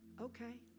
okay